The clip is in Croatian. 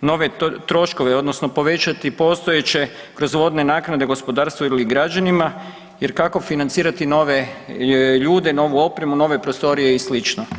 nove troškove odnosno povećati postojeće kroz vodne naknade gospodarstvu ili građanima jer kako financirati nove ljude, novu opremu, nove prostorije i slično?